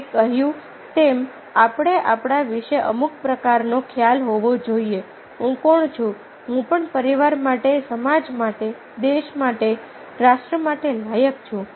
મેં કહ્યું તેમ આપણે આપણા વિશે અમુક પ્રકારનો ખ્યાલ હોવો જોઈએ હું કોણ છું હું પણ પરિવાર માટે સમાજ માટે દેશ માટે રાષ્ટ્ર માટે લાયક છું